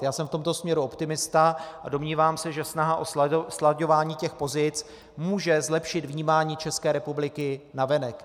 Já jsem v tomto směru optimista a domnívám se, že snaha o slaďování těch pozic může zlepšit vnímání České republiky navenek.